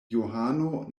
johano